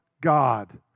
God